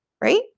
Right